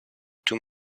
tout